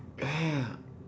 ya ya